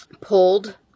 pulled